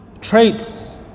traits